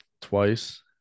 twice